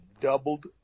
doubled